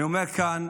אני אומר כאן,